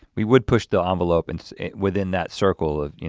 we would push the envelope and within that circle of,